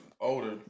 older